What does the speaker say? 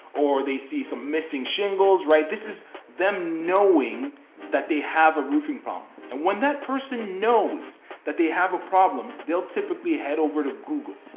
or they see some missing singles, right? this is them knowing that they have a roofing problem. and when that person knows that they have a problem, they'll typically head over to google,